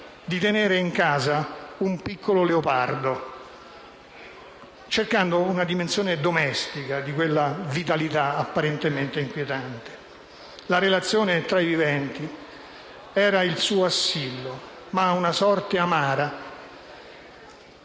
di tenere in casa un piccolo leopardo, cercando una dimensione domestica di quella vitalità apparentemente inquietante. La relazione tra i viventi era il suo assillo, ma una sorte amara